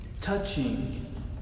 touching